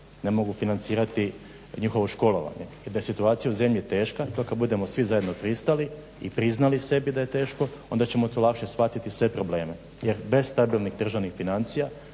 ne mogu financirati njihovo školovanje i da je situacija u zemlji teška, to kad budemo svi zajedno pristali i priznali sebi da je teško onda ćemo to lakše shvatiti sve probleme. Jer bez stabilnih državnih financija,